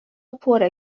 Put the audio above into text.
پره